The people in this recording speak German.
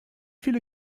viele